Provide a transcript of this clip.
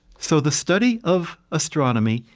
so the study of astronomy,